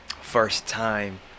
first-time